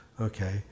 Okay